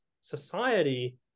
society